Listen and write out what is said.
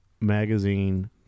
Magazine